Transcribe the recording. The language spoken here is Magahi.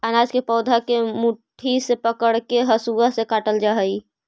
अनाज के पौधा के मुट्ठी से पकड़के हसुआ से काटल जा हई